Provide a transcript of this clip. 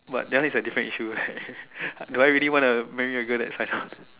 but that one is like a different issue right do I really wanna marry a girl that sign on